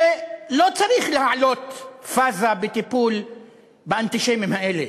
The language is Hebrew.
שלא צריך להעלות פאזה בטיפול באנטישמים האלה,